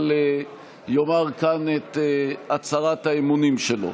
אבל יאמר כאן את הצהרת האמונים שלו.